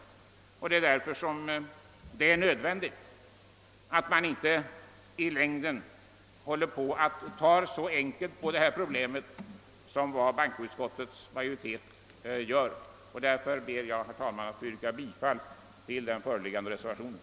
Alltså är det nödvändigt att man i fortsättningen inte tar så enkelt på detta problem som bankoutskottets majoritet gör. Därför, herr talman, ber jag att få yrka bifall till den föreliggande reservationen.